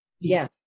Yes